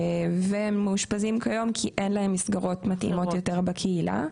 והם מאושפזים היום כי אין להם מסגרות מתאימות בקהילה.